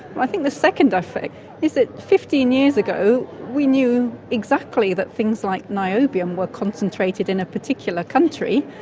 i think the second effect is that fifteen years ago we knew exactly that things like niobium were concentrated in a particular country,